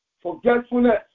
forgetfulness